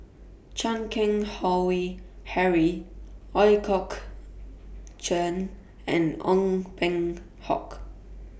Chan Keng Howe Harry Ooi Kok Chuen and Ong Peng Hock